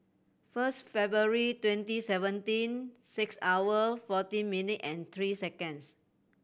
first February twenty seventeen six hour fourteen minute and three seconds